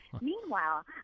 Meanwhile